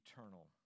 eternal